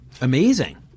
Amazing